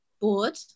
board